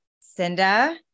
Cinda